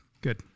Good